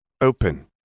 Open